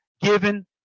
given